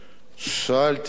שאלתי אותם,